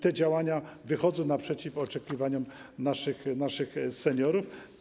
Te działania wychodzą naprzeciw oczekiwaniom naszych seniorów.